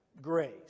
grace